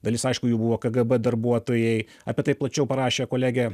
dalis aišku jų buvo kgb darbuotojai apie tai plačiau parašė kolegė